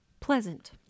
pleasant